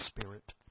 Spirit